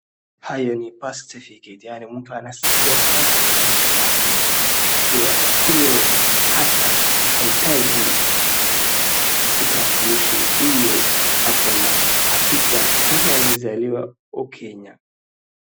Hayo ni birth certificate yaani mtu anasaidia sana kwa maisha yake, akiwa na hiyo hata ahitaji kitambulisho ili ako na hakika kama amezaliwa Kenya.